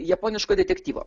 japoniško detektyvo